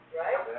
right